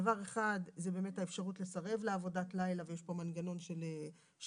דבר אחד זה באמת האפשרות לסרב לעבודת לילה ויש פה מנגנון של סירוב.